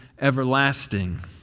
everlasting